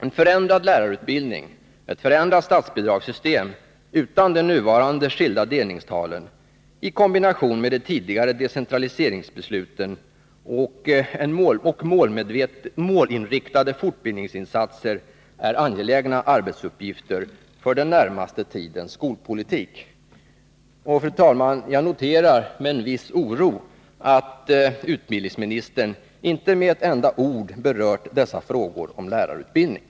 En förändrad lärarutbildning, ett förändrat statsbidragssystem utan de nuvarande skilda delningstalen, i kombination med de tidigare decentraliseringsbesluten och målinriktade fortbildningsinsatser, är angelägna arbetsuppgifter för den närmaste tidens skolpolitik. Jag noterar med en viss oro att utbildningsministern inte med ett enda ord berört dessa frågor om lärarutbildningen.